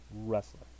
wrestler